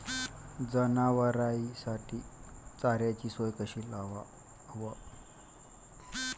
जनावराइसाठी चाऱ्याची सोय कशी लावाव?